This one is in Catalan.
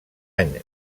any